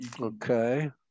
okay